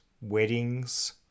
weddings